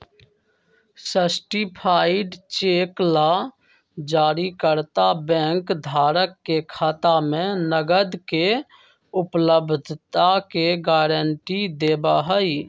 certified cheque ला जारीकर्ता bank धारक के खाता में नकद के उपलब्धता के गारंटी देवा हई